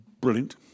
brilliant